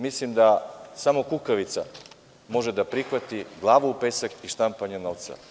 Mislim da samo kukavica može da prihvati glavu u pesak i štampanje novca.